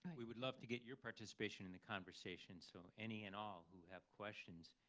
we would love to get your participation in the conversation, so any and all who have questions,